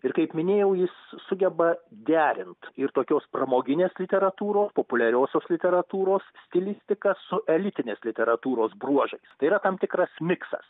ir kaip minėjau jis sugeba derint ir tokios pramoginės literatūros populiariosios literatūros stilistika su elitinės literatūros bruožais tai yra tam tikras miksas